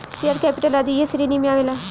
share capital आदी ऐही श्रेणी में आवेला